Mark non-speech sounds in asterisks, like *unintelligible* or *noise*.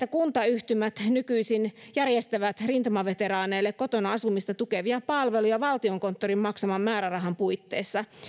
*unintelligible* kuntayhtymät nykyisin järjestävät rintamaveteraaneille kotona asumista tukevia palveluja valtiokonttorin maksaman määrärahan puitteissa